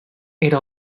era